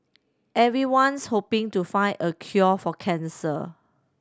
everyone's hoping to find a cure for cancer